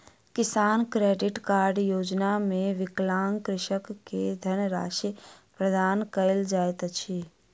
किसान credit card योजना मे विकलांग कृषक के धनराशि प्रदान कयल जाइत अछि